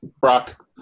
Brock